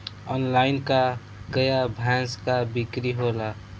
Online का गाय भैंस क बिक्री होला?